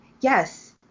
yes